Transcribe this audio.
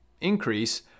increase